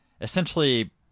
essentially